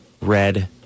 red